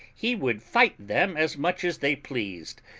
he would fight them as much as they pleased,